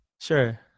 sure